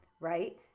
right